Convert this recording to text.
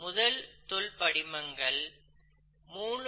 முதல் தொல் படிமங்கள் 3